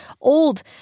old